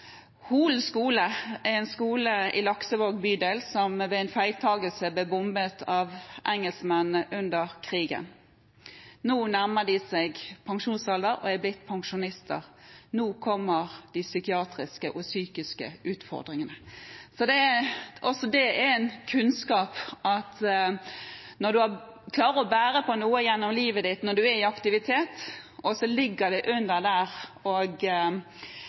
Holen skole er en skole i Laksevåg bydel som ved en feiltakelse ble bombet av engelskmennene under annen verdenskrig. Nå er disse elevene blitt pensjonister, og nå kommer de psykiske utfordringene. Også dette er en kunnskap: Man klarer å bære på noe gjennom livet når man er i aktivitet, men det ligger under, og man har det